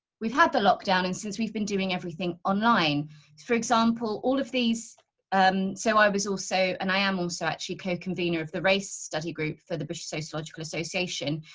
we've had the lock down and since we've been doing everything online for example, all of these um so i was also, and i am also actually co-convener of the race study group for the british sociological association.